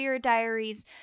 Diaries